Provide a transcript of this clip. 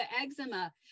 eczema